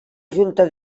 junta